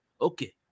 Okay